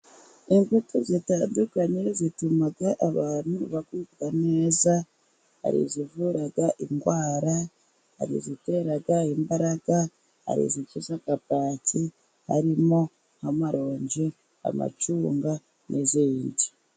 Imbuto zitandukanye zituma abantu bagubwa neza. Hari izivura indwara, izitera imbaraga, izikiza bwaki harimo amarongi, amacunga.